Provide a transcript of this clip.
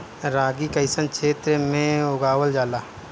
रागी कइसन क्षेत्र में उगावल जला?